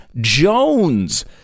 Jones